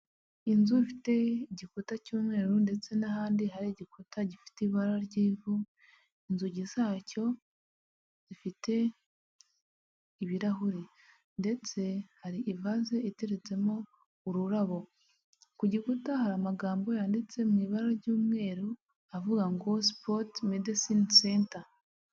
Inzu ifite igikuta cy'umweru ndetse n'ahandi hari igikuta gifite ibara ry'ivu, inzugi zacyo zifite ibirahuri, ndetse hari ivaze iteretsemo ururabo, ku gikuta hari amagambo yanditse mu ibara ry'umweru avuga ngo sipoti medesine senta.